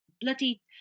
bloody